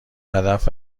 هدف